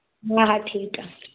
हा हा ठीकु आहे